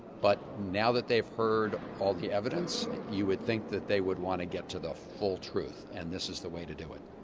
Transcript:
but now that they have heard all the evidence you would think that they would want to get to the full truth and this is the way to do it.